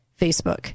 Facebook